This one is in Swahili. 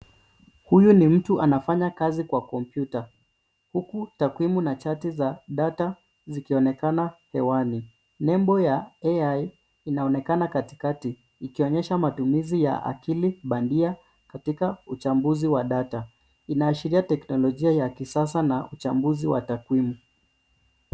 Huyu ni mtu anafanya kazi kwa kompyuta huku takwimu na chati za data zikionekana hewani. Nembo ya AI inaonekana katikati ikionyesha matumizi ya akili bandia katika uchambuzi wa data . Ina ashiria teknolojia ya kisasa na uchambuzi wa takwimu.